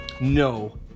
No